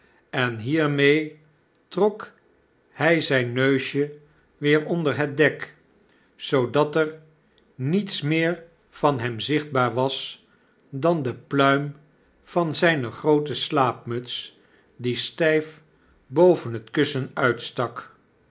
en hiermee trok hij zyn neusje weer onder het dek zoodat er niets meer van hem zichtbaar was dan de pluim van zyne groote slaapmuts die styf boven het kussen uitstak